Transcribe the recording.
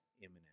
imminent